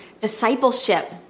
discipleship